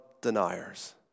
deniers